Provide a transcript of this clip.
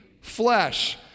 flesh